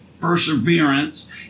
perseverance